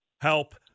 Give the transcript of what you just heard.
Help